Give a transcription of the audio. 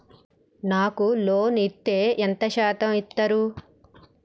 నాకు లోన్ ఇత్తే ఎంత శాతం ఇత్తరు?